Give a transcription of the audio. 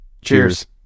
Cheers